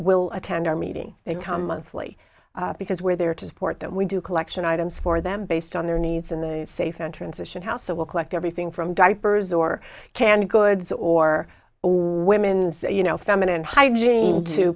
will attend our meeting they come monthly because we're there to support them we do collection items for them based on their needs in the safe and transition house so we'll collect everything from diapers or canned goods or women's you know feminine hygiene to